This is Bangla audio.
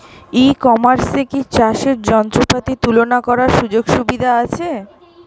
ই কমার্সে কি চাষের যন্ত্রপাতি তুলনা করার সুযোগ সুবিধা আছে?